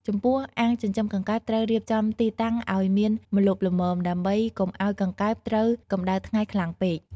ចំពោះអាងចិញ្ចឹមកង្កែបត្រូវរៀបចំទីតាំងឲ្យមានម្លប់ល្មម ដើម្បីកុំឲ្យកង្កែបត្រូវកម្ដៅថ្ងៃខ្លាំងពេក។